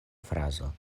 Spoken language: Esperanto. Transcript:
frazo